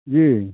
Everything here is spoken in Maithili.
जी